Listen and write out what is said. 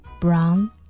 brown